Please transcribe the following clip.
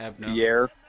Pierre